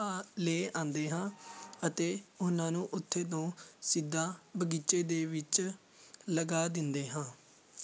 ਲੈ ਆਉਂਦੇ ਹਾਂ ਅਤੇ ਉਹਨਾਂ ਨੂੰ ਉੱਥੇ ਤੋਂ ਸਿੱਧਾ ਬਗੀਚੇ ਦੇ ਵਿੱਚ ਲਗਾ ਦਿੰਦੇ ਹਾਂ